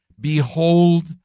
Behold